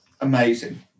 amazing